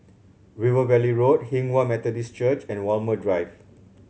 River Valley Road Hinghwa Methodist Church and Walmer Drive